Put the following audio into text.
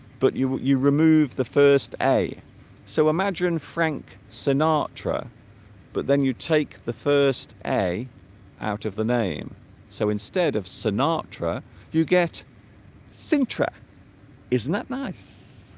but you you remove the first a so imagine frank sinatra but then you take the first a out of the name so instead of sinatra you get sing track isn't that nice